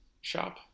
shop